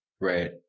Right